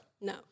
No